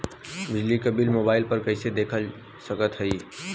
बिजली क bill mobile पर कईसे देख सकत हई?